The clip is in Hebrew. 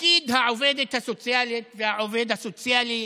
תפקיד העובדת הסוציאלית והעובד הסוציאלי